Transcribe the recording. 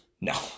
No